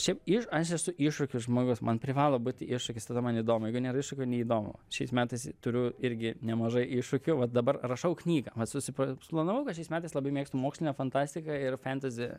šiaip iš aš esu iššūkių žmogus man privalo būt iššūkis tada man įdomu jeigu nėra iššūkių neįdomu šiais metais turiu irgi nemažai iššūkių vat dabar rašau knygą vat susipla suplanavau kad šiais metais labai mėgstu mokslinę fantastiką ir fantasy